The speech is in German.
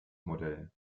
modell